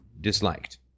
disliked